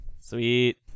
Sweet